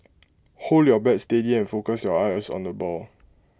hold your bat steady focus your eyes on the ball